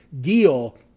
deal